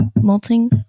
molting